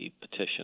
petition